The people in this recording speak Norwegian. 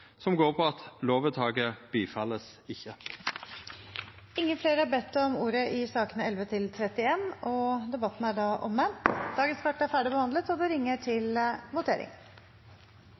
som går på at lovvedtaket ikkje vert godteke. Flere har ikke bedt om ordet til sakene nr. 11–31. Stortinget er da klar til å gå til votering.